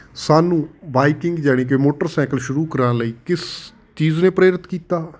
ਸਾਨੂੰ ਬਾਈਕਿੰਗ ਯਾਨੀ ਕਿ ਮੋਟਰਸਾਈਕਲ ਸ਼ੁਰੂ ਕਰਾਉਣ ਲਈ ਕਿਸ ਚੀਜ਼ ਨੇ ਪ੍ਰੇਰਿਤ ਕੀਤਾ